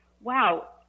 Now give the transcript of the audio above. wow